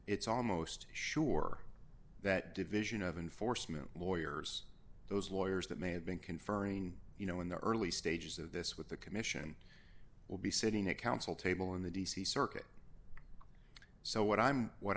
it's almost sure that division of enforcement lawyers those lawyers that may have been conferring you know in the early stages of this with the commission will be sitting at counsel table in the d c circuit so what i'm what